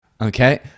okay